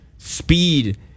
Speed